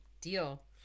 deal